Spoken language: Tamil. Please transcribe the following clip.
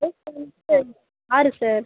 சைஸ் வந்து ஆறு சார்